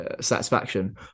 satisfaction